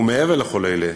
ומעבר לכל אלה,